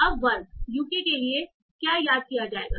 अब वर्ग यूके के लिए क्या याद किया जाएगा